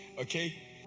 Okay